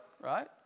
right